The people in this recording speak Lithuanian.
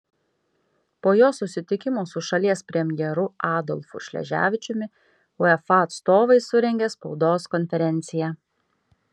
po jos susitikimo su šalies premjeru adolfu šleževičiumi uefa atstovai surengė spaudos konferenciją